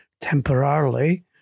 temporarily